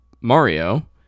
Mario